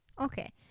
Okay